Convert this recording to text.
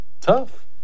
Tough